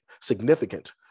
significant